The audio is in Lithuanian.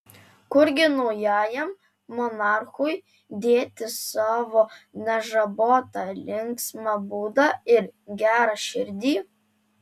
kurgi naujajam monarchui dėti savo nežabotą linksmą būdą ir gerą širdį